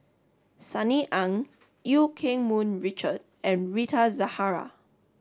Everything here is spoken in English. Sunny Ang Eu Keng Mun Richard and Rita Zahara